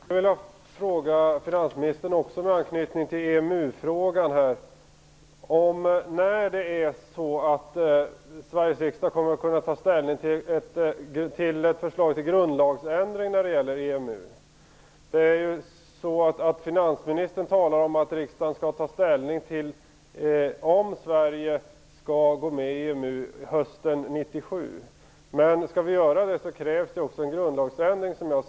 Herr talman! Jag har också en fråga till finansministern med anknytning till detta med EMU: När kommer Sveriges riksdag att kunna ta ställning till ett förslag till grundlagsändring när det gäller EMU? Finansministern talar om att riksdagen skall ta ställning till om Sverige skall gå med i EMU hösten 1997. Men skall vi göra det krävs det, som jag ser saken, en grundlagsändring.